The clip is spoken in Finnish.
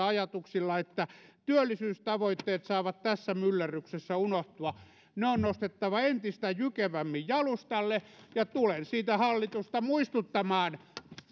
ajatuksilla että työllisyystavoitteet saavat tässä myllerryksessä unohtua ne on nostettava entistä jykevämmin jalustalle ja tulen siitä hallitusta muistuttamaan